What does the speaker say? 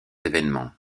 événements